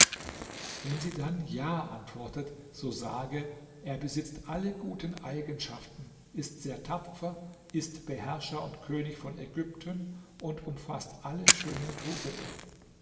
wenn sie dann ja antwortet so sage er besitzt alle guten eigenschaften ist sehr tapfer ist beherrscher und könig von ägypten und umfaßt alle schönen tugenden